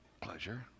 pleasure